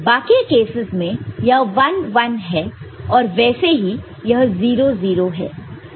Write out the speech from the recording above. बाकी कैसस में यह 11 है और वैसे ही यह 0 0 है